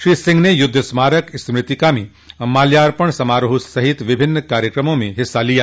श्री सिंह ने युद्ध स्मारक स्मृतिका में माल्यार्पण समारोह सहित विभिन्न कार्यक्रमों में भाग लिया